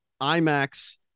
IMAX